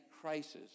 crisis